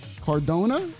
Cardona